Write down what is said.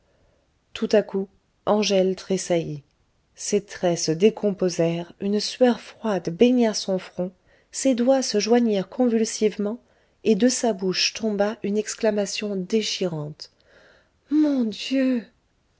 tout à coup angèle tressaillit ses traits se décomposèrent une sueur froide baigna son front ses doigts se joignirent convulsivement et de sa bouche tomba une exclamation déchirante mon dieu